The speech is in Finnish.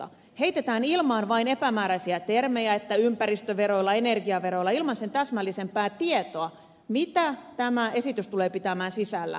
heitetään ilmaan vain epämääräisiä termejä että ympäristöveroilla energiaveroilla ilman sen täsmällisempää tietoa mitä tämä esitys tulee pitämään sisällään